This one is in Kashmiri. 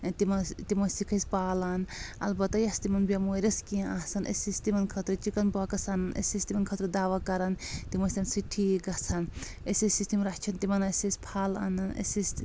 تم ٲسۍ تِم ٲسِکھ أسۍ پالان البتہ یۄس تِمن بٮ۪مٲرۍ ٲسۍ کینٛہہ آسان أسۍ ٲسۍ تِمن خٲطرٕ چکن پوکٕس انان أسۍ ٲسۍ تِمن خٲطرٕ دوا کران تِم ٲسۍ تمہِ سۭتۍ ٹھیٖک گژھان أسۍ ٲسی تِم رچھان تِمن ٲسۍ أسۍ پھل انان أسۍ ٲسۍ